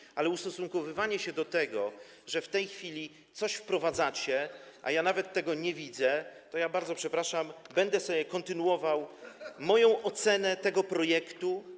Jeżeli chodzi o ustosunkowywanie się do tego, że w tej chwili coś wprowadzacie, a ja nawet tego nie widzę, to ja bardzo przepraszam, będę jednak kontynuował [[Wesołość na sali]] moją ocenę tego projektu.